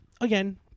Again